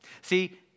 See